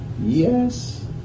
Yes